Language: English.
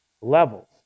levels